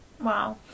Wow